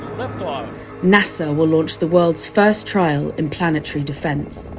um nasa will launch the world's first trial, in planetary defence